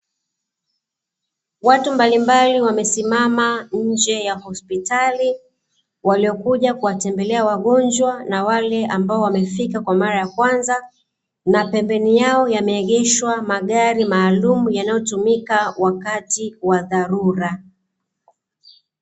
Watu mbalimbali wamesimama nje ya hospitali waliokuja kuwatembelea wagonjwa na wale ambao wamefika kwa mara ya kwanza, na pembeni yao yameegeshwa magari maalumu yanayotumika wakati wa dharura.